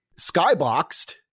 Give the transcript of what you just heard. skyboxed